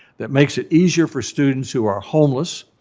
that makes it easier for students who are homeless,